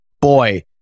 boy